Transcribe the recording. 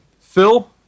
phil